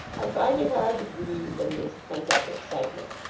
i find it hard to breathe in this pent-up excite ment.